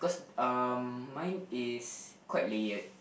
cause um mine is quite layered